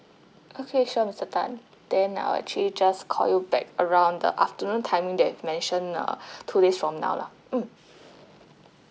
okay sure mister tan then I'll actually just call you back around the afternoon timing that you've mentioned uh two days from now lah mm